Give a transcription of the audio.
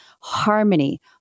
harmony